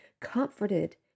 comforted